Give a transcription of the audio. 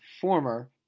former